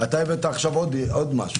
אתה הבאת עכשיו עוד משהו.